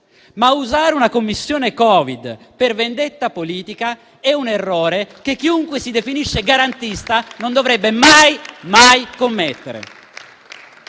Ma usare una Commissione Covid per vendetta politica è un errore che chiunque si definisce garantista non dovrebbe mai commettere.